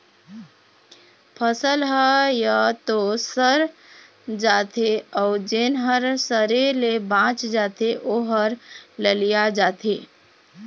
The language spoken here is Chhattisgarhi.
फसल ह य तो सर जाथे अउ जेन ह सरे ले बाच जाथे ओ ह ललिया जाथे